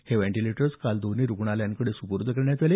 हे व्हेंटिलेटर्स काल दोन्ही रूग्णालयांना सुपूर्द करण्यात आले